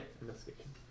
Investigation